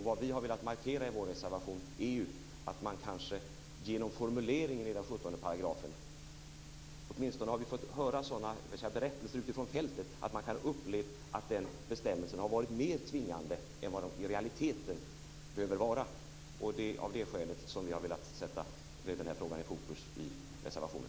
Vad vi har velat markera i vår reservation är att man kanske kunde göra något åt själva formuleringen i 17 §. Vi har fått höra berättelser utifrån fältet om att man åtminstone kan uppleva att denna bestämmelse varit mer tvingande än vad den i realiteten behöver vara. Det är av det skälet som vi har velat sätta den här frågan i fokus i reservationen.